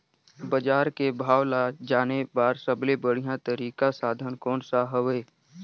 बजार के भाव ला जाने बार सबले बढ़िया तारिक साधन कोन सा हवय?